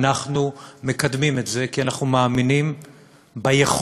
אנחנו מקדמים את זה כי אנחנו מאמינים ביכולת